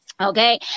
Okay